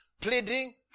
Pleading